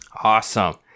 Awesome